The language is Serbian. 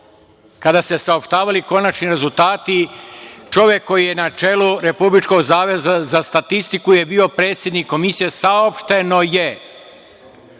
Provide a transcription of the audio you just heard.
kada su se saopštavali konačni rezultati, čovek koji je na čelu Republičkog zavoda za statistiku je bio predsednik komisije, saopšteno je